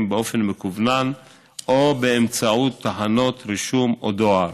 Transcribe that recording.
באופן מקוון או באמצעות תחנות רישום או דואר.